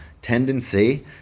tendency